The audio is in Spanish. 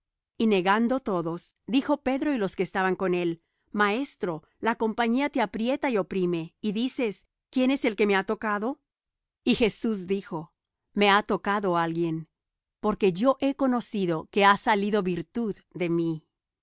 y negando todos dijo pedro y los que estaban con él maestro la compañía te aprieta y oprime y dices quién es el que me ha tocado y jesús dijo me ha tocado alguien porque yo he conocido que ha salido virtud de mí